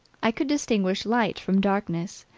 i could distinguish light from darkness,